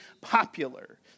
popular